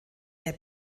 mehr